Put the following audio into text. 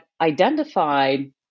identified